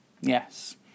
Yes